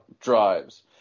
drives